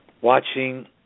watching